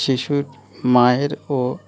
শিশুর মায়ের ও